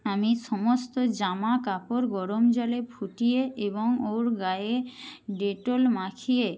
আমি সমস্ত জামা কাপড় গরম জলে ফুটিয়ে এবং ওর গায়ে ডেটল মাখিয়ে